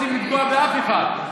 לא רוצים לפגוע באף אחד.